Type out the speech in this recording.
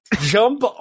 jump